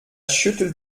schüttelt